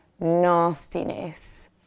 nastiness